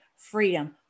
freedom